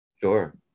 Sure